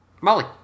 Molly